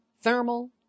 thermal